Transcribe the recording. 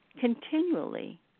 continually